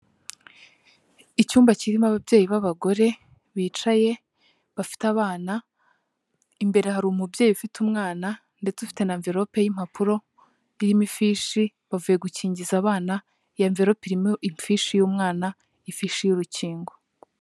Icyumba kirimo ababyeyi b'abagore bicaye bafite abana, imbere hari umubyeyi ufite umwana ndetse ufite na amverope y'impapuro irimo ifishi, bavuye gukingiza abana, iyo amverope irimo ifishi y'umwana, ifishi y'urukingo.